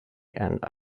and